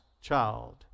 child